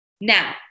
Now